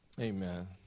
Amen